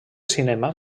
cinema